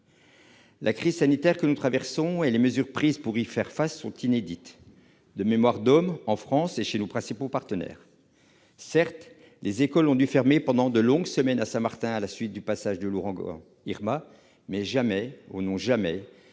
La crise sanitaire que nous traversons et les mesures prises pour y faire face sont, de mémoire d'hommes, inédites en France et chez nos principaux partenaires. Certes, les écoles ont dû fermer pendant de longues semaines à Saint-Martin, à la suite du passage de l'ouragan Irma, mais jamais, au grand jamais,